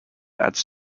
adds